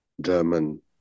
German